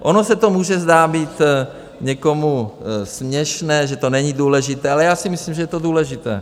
Ono se to může zdát někomu směšné, že to není důležité, ale já si myslím, že je to důležité.